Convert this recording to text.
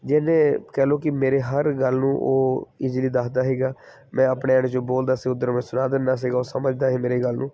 ਜਿਹਨੇ ਕਹਿ ਲਓ ਕਿ ਮੇਰੇ ਹਰ ਗੱਲ ਨੂੰ ਉਹ ਇਜ਼ੀਲੀ ਦੱਸਦਾ ਸੀਗਾ ਮੈਂ ਆਪਣੇ ਵਾਲੇ 'ਚੋਂ ਬੋਲਦਾ ਸੀ ਉੱਧਰ ਮੈਂ ਸੁਣਾ ਦਿੰਦਾ ਸੀ ਉਹ ਸਮਝਦਾ ਸੀ ਮੇਰੀ ਗੱਲ ਨੂੰ